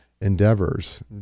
endeavors